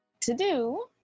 to-do